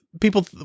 people